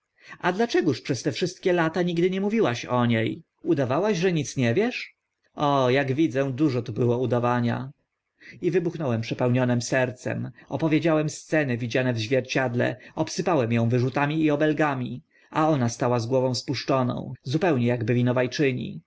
a dlaczegóż przez te wszystkie lata nigdy nie mówiłaś o nie udawałaś że nic nie wiesz o ak widzę dużo tu było udawania i wybuchnąłem przepełnionym sercem opowiedziałem sceny widziane w zwierciedle obsypałem ą wyrzutami i obelgami a ona stała z głową spuszczoną zupełnie akby winowa czyni